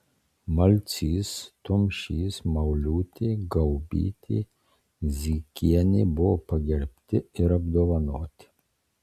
malcys tumšys mauliūtė gaubytė zykienė buvo pagerbti ir apdovanoti